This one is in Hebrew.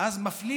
מפלים